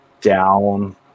down